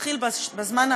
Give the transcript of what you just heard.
אענה